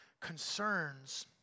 concerns